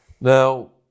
Now